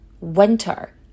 winter